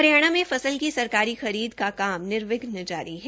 हरियाणा में फसल की सरकारी खरीद के लिए काम निर्वघ्न जारी है